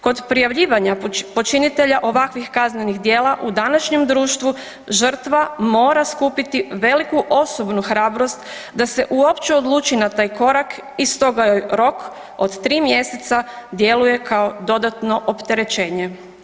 Kod prijavljivanja počinitelja ovakvih kaznenih djela u današnjem društvu žrtva mora skupiti veliku osobnu hrabrost da se uopće odluči na taj korak i stoga joj rok od 3 mjeseca djeluje kao dodatno opterećenje.